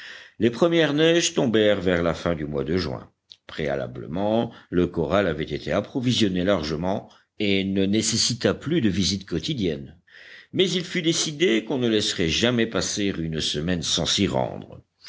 les premières neiges tombèrent vers la fin du mois de juin préalablement le corral avait été approvisionné largement et ne nécessita plus de visites quotidiennes mais il fut décidé qu'on ne laisserait jamais passer une semaine sans s'y rendre